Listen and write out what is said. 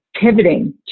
pivoting